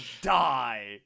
die